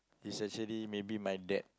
it's actually maybe my dad